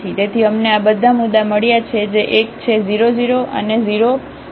તેથી અમને આ બધા મુદ્દા મળ્યા છે જે એક છે 0 0 અને 0120 1210 10